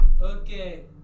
Okay